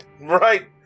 Right